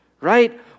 right